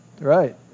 right